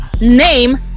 name